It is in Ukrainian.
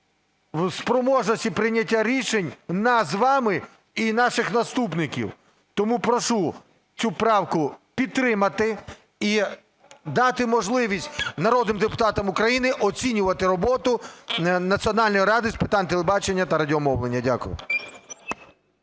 в спроможності прийняття рішень нас із вами і наших наступників. Тому прошу цю правку підтримати і дати можливість народним депутатам України оцінювати роботу Національної ради з питань телебачення і радіомовлення. Дякую.